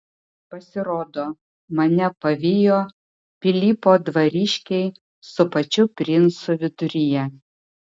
pasirodo mane pavijo pilypo dvariškiai su pačiu princu viduryje